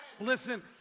Listen